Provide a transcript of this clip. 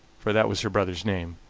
for that was her brother's name,